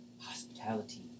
hospitality